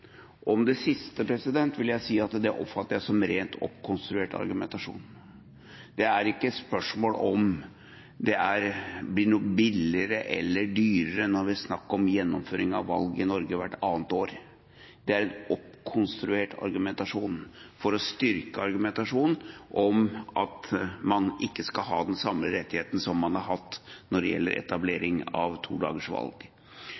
Om det siste vil jeg si at jeg oppfatter det som rent oppkonstruert argumentasjon. Det er ikke et spørsmål om det blir billigere eller dyrere når det er snakk om gjennomføring av valg i Norge hvert annet år. Det er en oppkonstruert argumentasjon for å styrke argumentasjonen om at man ikke skal ha den samme rettigheten som man har hatt når det gjelder